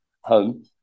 home